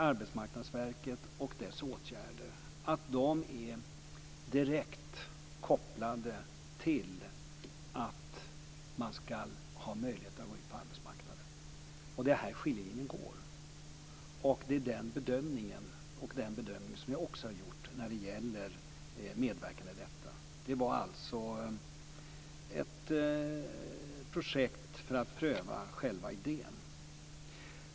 Arbetsmarknadsverket och dess åtgärder är direkt kopplade till att man ska ha möjligheter att gå ut på arbetsmarknaden. Det är här som skiljelinjen går. Det är den bedömning som också jag har gjort när det gäller medverkan i detta. Det här var alltså ett projekt för att pröva själva idén.